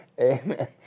Amen